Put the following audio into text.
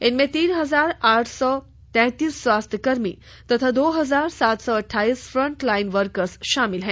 इनमें तीन हजार आठ सौ तैंतीस स्वास्थ्य कर्मी तथा दो हजार सात सौ अद्वाइस फ्रंट लाइन वर्कर्स शामिल हैं